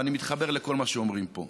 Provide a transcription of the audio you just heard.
ואני מתחבר לכל מה שאומרים פה.